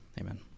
amen